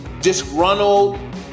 disgruntled